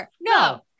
no